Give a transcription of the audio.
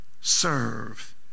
serve